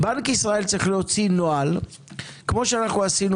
בנק ישראל צריך להוציא נוהל כמו שעשינו